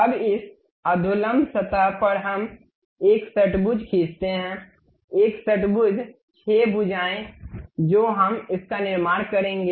अब इस अधोलंब सतह पर हम एक षट्भुज खींचते हैं एक षट्भुज 6 भुजाएँ जो हम इसका निर्माण करेंगे